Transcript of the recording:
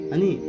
Ani